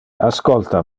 ascolta